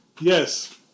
Yes